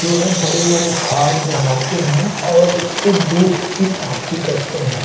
जो हैं बड़े बड़े फार्म लगाते हैं और उससे दूध की प्राप्ति करते हैं